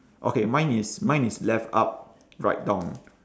okay mine is mine is left up right down